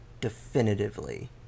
definitively